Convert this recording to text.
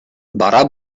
бара